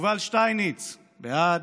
יובל שטייניץ, בעד,